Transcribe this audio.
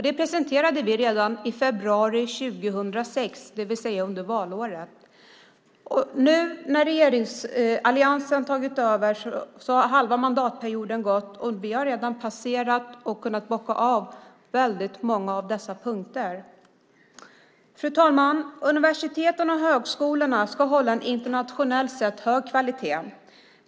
Den presenterade vi redan i februari 2006, det vill säga under valåret. Nu har halva mandatperioden gått och vi har redan passerat och kunnat bocka av väldigt många av de punkterna. Fru talman! Universiteten och högskolorna ska hålla en internationellt sett hög kvalitet.